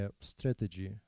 strategy